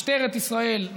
משטרת ישראל,